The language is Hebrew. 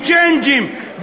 וצ'יינג'ים,